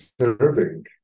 serving